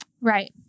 Right